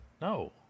no